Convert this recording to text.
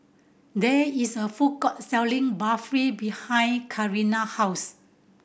there is a food court selling Barfi behind Karina house